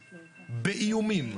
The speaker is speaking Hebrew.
באיומים,